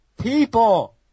People